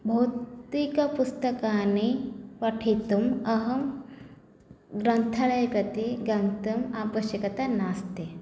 भौतिकपुस्तकानि पठितुम् अहं ग्रन्थालयं प्रति गन्तुम् आवश्यकता नास्ति